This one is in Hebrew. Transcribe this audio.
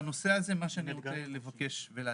בנושא הזה מה שאני רוצה לבקש ולהציע,